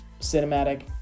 cinematic